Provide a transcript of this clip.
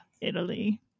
italy